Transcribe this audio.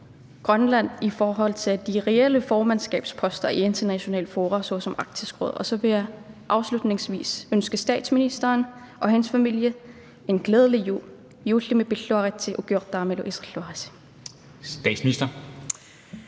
Grønland i forhold til de reelle formandskabsposter i internationale fora såsom Arktisk Råd. Og så vil jeg afslutningsvis ønske statsministeren og hendes familie en glædelig jul. (Taleren taler grønlandsk).